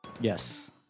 Yes